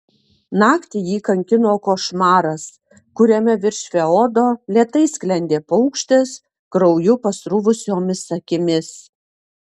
naktį jį kankino košmaras kuriame virš feodo lėtai sklendė paukštis krauju pasruvusiomis akimis